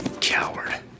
coward